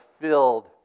filled